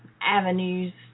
avenues